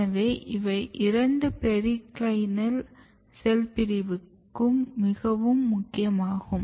எனவே இவை இரண்டும் பெரிக்ளைனல் செல் பிரிவுக்கு மிகவும் முக்கியமாகும்